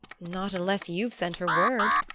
not unless you've sent her word,